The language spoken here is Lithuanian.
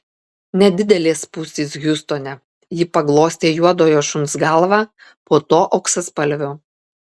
nedidelės spūstys hjustone ji paglostė juodojo šuns galvą po to auksaspalvio